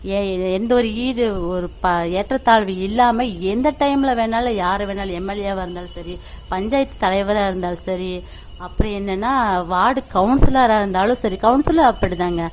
ஏ எந்த ஒரு ஈடு ஒரு பா ஏற்றத்தாழ்வு இல்லாமல் எந்த டைமில் வேணுனாலும் யார் வேணுனாலும் எம் எல் ஏவாக இருந்தாலும் சரி பஞ்சாயத்து தலைவராக இருந்தாலும் சரி அப்புறம் என்னென்னா வார்டு கவுன்சிலராக இருந்தாலும் சரி கவுன்சிலரும் அப்படிதான்ங்க